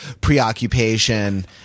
preoccupation